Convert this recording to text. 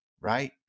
right